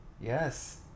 Yes